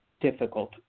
difficult